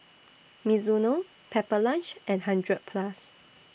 Mizuno Pepper Lunch and hundred Plus